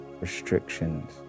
restrictions